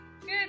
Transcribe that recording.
Good